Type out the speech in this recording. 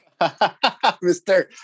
mr